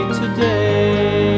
today